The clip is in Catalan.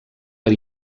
per